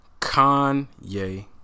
kanye